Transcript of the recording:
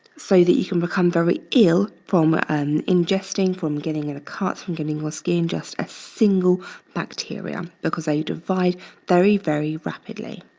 so that you can become very ill from ah um ingesting, from getting in a cut, from getting your skin, just a single bacteria, because they divide very, very rapidly.